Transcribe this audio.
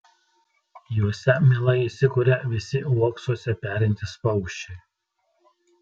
juose mielai įsikuria visi uoksuose perintys paukščiai